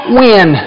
win